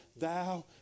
Thou